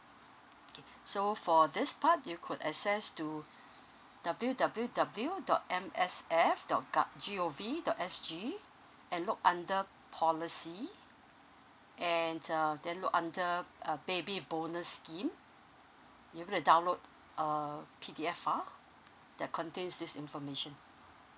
so for this part you could access to W W W dot M S F dot go~ G_O_V dot S_G and look under policy and um then look under uh baby bonus scheme you will download a P_D_F file that contains this information